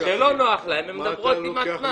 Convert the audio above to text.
כאשר לא נוח להן הן מדברות עם עצמן.